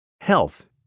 Health